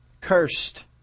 Cursed